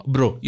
Bro